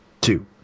two